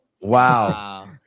Wow